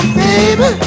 baby